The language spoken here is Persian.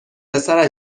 پسرش